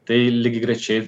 tai lygiagrečiai